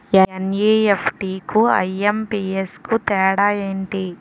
NEFT కు IMPS కు తేడా ఎంటి?